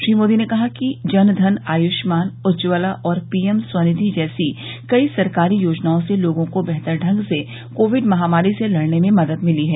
श्री मोदी ने कहा कि जन धन आयुष्मान उज्ज्वला और पीएम स्वनिधि जैसी कई सरकारी योजनाओं से लोगों को बेहतर ढंग से कोविड महामारी से लड़ने में मदद मिली है